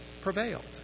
prevailed